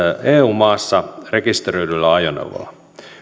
eu maassa rekisteröidyllä ajoneuvolla